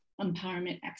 Empowerment